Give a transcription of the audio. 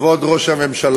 כבוד ראש הממשלה,